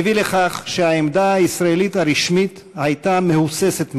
הביא לכך שהעמדה הישראלית הרשמית הייתה מהוססת מדי,